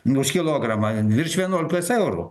už kilogramą virš vienuolikos eurų